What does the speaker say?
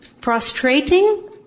prostrating